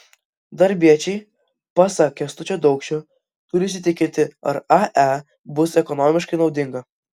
darbiečiai pasak kęstučio daukšio turi įsitikinti ar ae bus ekonomiškai naudinga